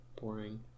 boring